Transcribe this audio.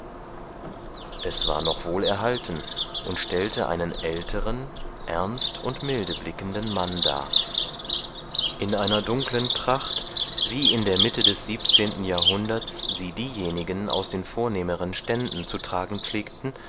es war noch wohlerhalten und stellte einen älteren ernst und milde blickenden mann dar in einer dunklen tracht wie in der mitte des siebzehnten jahrhunderts sie diejenigen aus den vornehmeren ständen zu tragen pflegten